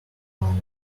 tonight